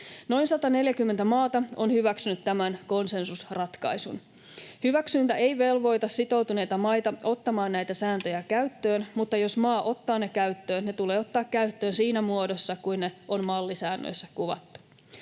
Noin 140 maata on hyväksynyt tämän konsensusratkaisun. Hyväksyntä ei velvoita sitoutuneita maita ottamaan näitä sääntöjä käyttöön, mutta jos maa ottaa ne käyttöön, ne tulee ottaa käyttöön siinä muodossa kuin ne on mallisäännöissä kuvattu.